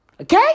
Okay